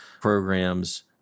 programs